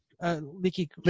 Leaky